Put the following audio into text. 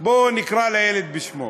בואו נקרא לילד בשמו: